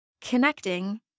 connecting